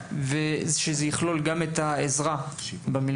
היציאה ושזה יכלול גם את העזרה במלגות.